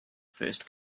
first